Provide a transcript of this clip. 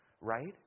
right